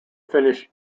finnish